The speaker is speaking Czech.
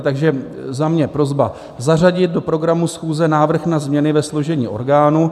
Takže za mě prosba: zařadit do programu schůze návrh na změny ve složení orgánů.